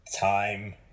Time